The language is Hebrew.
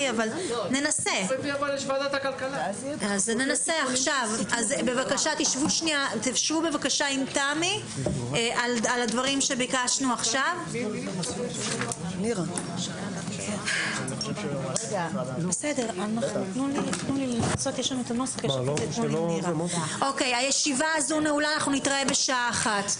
12:08.